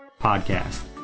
podcast